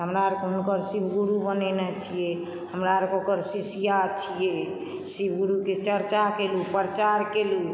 हमरा अरके हुनकर शिवगुरु बनेने छियै हमरा अरके ओकर शिष्या छियै शिवगुरुके चर्चा केलू प्रचार केलू